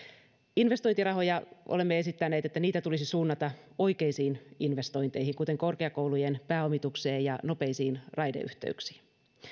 olemme esittäneet että investointirahoja tulisi suunnata oikeisiin investointeihin kuten korkeakoulujen pääomitukseen ja nopeisiin raideyhteyksiin